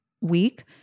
week